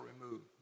removed